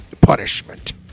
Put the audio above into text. punishment